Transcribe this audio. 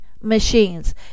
machines